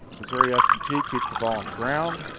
missouri s and t keeps the ball on the ground.